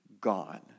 gone